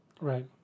right